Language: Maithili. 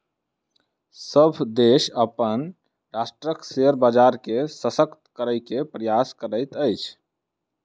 सभ देश अपन राष्ट्रक शेयर बजार के शशक्त करै के प्रयास करैत अछि